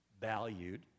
valued